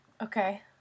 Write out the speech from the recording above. Okay